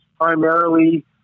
primarily